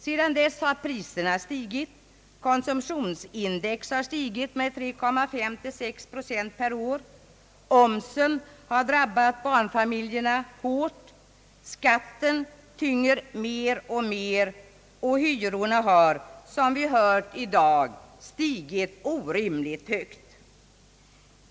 Sedan dess har priserna stigit, konsumtionsprisindex har stigit med mellan 3,5—6 procent per år, omsen har drabbat barnfamiljerna hårt, skatten tynger mer och mer och hyrorna har — som. vi hört i dag — stigit orimligt mycket.